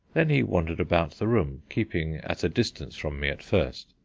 then he wandered about the room, keeping at a distance from me at first,